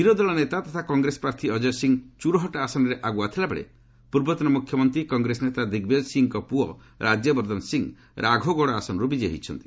ବିରୋଧୀ ଦଳ ନେତା ତଥା କଂଗ୍ରେସ ପ୍ରାର୍ଥୀ ଅଜ୍ଚୟ ସିଂହ ଚୁର୍ହଟ୍ ଆସନରେ ଆଗୁଆ ଥିବାବେଳେ ପୂର୍ବତନ ମୁଖ୍ୟମନ୍ତ୍ରୀ କଂଗ୍ରେସ ନେତା ଦିଗ୍ବିଜୟ ସିଂହଙ୍କ ପୁଅ ରାଜ୍ୟବର୍ଦ୍ଧନ ସିଂହ ରାଘୋଗଡ଼ ଆସନରୁ ବିଜୟୀ ହୋଇଛନ୍ତି